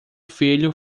filho